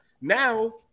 Now